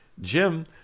Jim